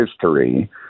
history